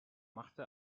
machte